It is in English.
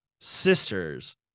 sisters